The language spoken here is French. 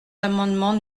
l’amendement